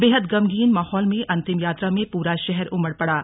बेहद गमगीन माहौल में अंतिम यात्रा में पूरा शहर उमड़ पड़ा